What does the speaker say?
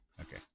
Okay